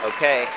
Okay